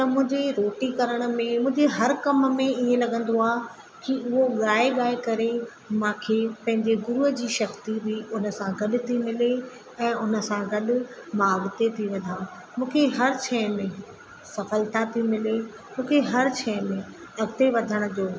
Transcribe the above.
त मुंजे रोटी करण में मुंजे हर कम में ईअं लॻंदो आ कि उओ गाए गाए करे माखे पैंजे गुरुअ जी शक्ति बि उन सां गॾु ती मिले ऐं उन सां गॾु मां अॻिते ती वधा मुखे हर शइ में सफलता ती मिले मुखे हर छइ में अॻिते वधण जो